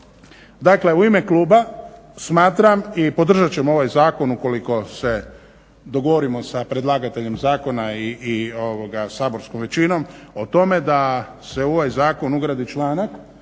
dakle u ime kluba smatram i podržat ćemo ovaj zakon ukoliko se dogovorimo sa predlagateljem zakona i saborskom većinom o tome da se u ovaj zakon ugradi članak